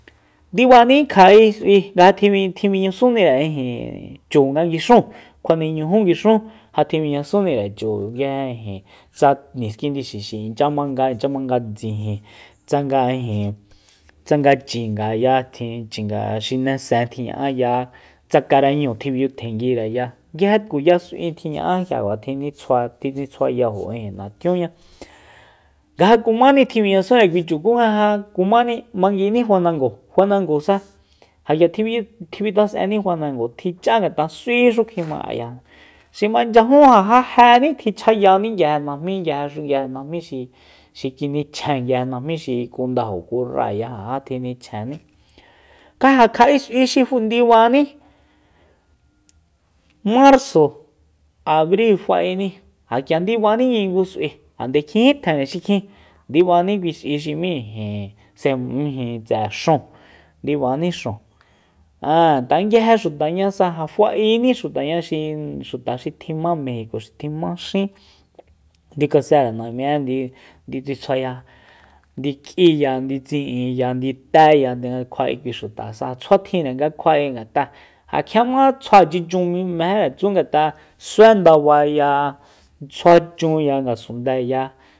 Ndibaní kja'e s'ui nga ja tji- tjimijñasunre ijin chu nga nguixúun kjuane ñujú nguixun ja tjimijñasúnire chu k'ia ijin tsa niskindi xixi inchya manga inchya manga ndsijin tsanga ijin tsanga chingaya chinga xinesen tjiña'aya tsa karañúu tjibiyutjenguireya nguije tkuya s'ui tjiña'a nga tjinitsjua tjinitsjuayajo ijin natjiuña nga ja kumáni tjimijñasúnre kui chu ku nga ja kumani manguini fanango fanangosa ja k'ia tjibiyu tjifas'enní fanango tji cha ngat'a s'uixu kjima ayajnu xi manchyajun ja jajéní tichjayaní nguije najmi nguije- nguije najmí xi kinichjen nguije najmí xi kundajo kurraya ja ja tjinichjenni ku ja kja'e s'ui xi ndibani marzo abril fa'eni na k'ia ndibani ki ngu s'ui nde kjin ji tjenre xikjin ndibani kui s'ui xi m'í ijin se ijni tse'e xúun ndibani xúun aa tanga nguije xutañasa ja fa'eni xutaña xi xuta xi tjima mejico xi tjima xín ndiukasere nami'e ndi- ndiutsitsjuaya ndiuk'iya diutsi'inya ndiutéyande nga kjua'e kui xutasa tsjua tjinre nga kjua'e ngat'a ja kjiama tsjuachichun mejeretsu ngat'a sué ndabaya tsjua chunya ngasundéeya